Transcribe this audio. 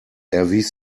erwies